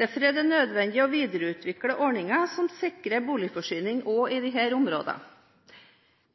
Derfor er det nødvendig å videreutvikle ordninger som sikrer boligforsyning også i disse områdene.